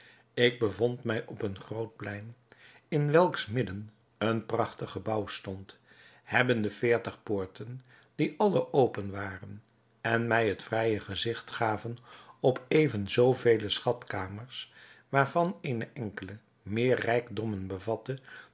ik bevond mij op een groot plein in welks midden een prachtig gebouw stond hebbende veertig poorten die alle open waren en mij het vrije gezigt gaven op even zoo vele schatkamers waarvan eene enkele meer rijkdommen bevatte